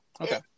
Okay